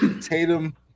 Tatum